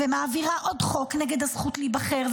ומעבירה עוד חוק נגד הזכות להיבחר,